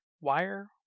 wire